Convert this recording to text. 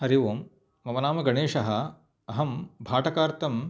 हरि ओम् मम नाम गणेशः अहं भाटकार्थम्